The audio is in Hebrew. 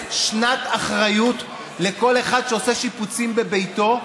שנת אחריות לכל אחד שעושה שיפוצים בביתו.